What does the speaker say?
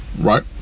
Right